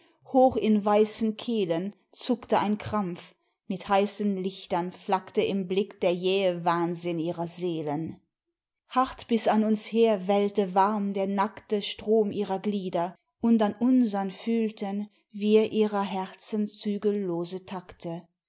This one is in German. hoch in weißen kehlen zuckte ein krampf mit heißen lichtern flackte im blick der jähe wahnsinn ihrer seelen hart bis an uns her wellte warm der nackte strom ihrer glieder und an unsern fühlten wir ihrer herzen zügellose takte